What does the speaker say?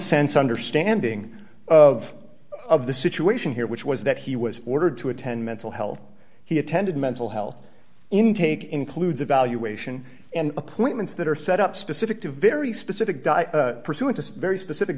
sense understanding of of the situation here which was that he was ordered to attend mental health he attended mental health intake includes evaluation and appointments that are set up specific to very specific die pursuant to very specific